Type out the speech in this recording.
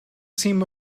seem